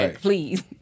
please